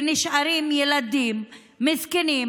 ונשארים ילדים מסכנים,